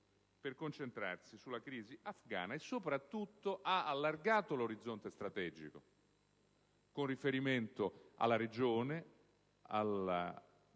per concentrarsi sulla crisi afgana. Soprattutto, ha allargato l'orizzonte strategico con riferimento alla regione, al Pakistan,